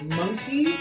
Monkey